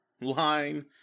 line